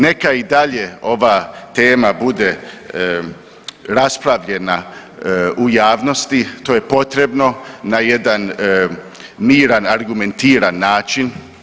Neka i dalje ova tema bude raspravljena u javnosti, to je potrebno na jedan miran, argumentiran način.